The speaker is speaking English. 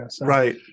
Right